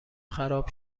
خراب